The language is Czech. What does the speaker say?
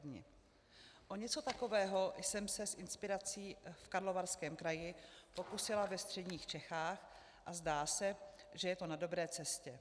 O něco takového jsem se s inspirací v Karlovarském kraji pokusila ve středních Čechách a zdá se, že je to na dobré cestě.